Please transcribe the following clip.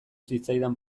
zitzaidan